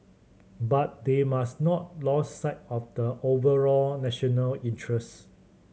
but they must not lose sight of the overall national interest